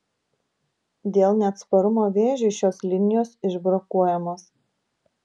dėl neatsparumo vėžiui šios linijos išbrokuojamos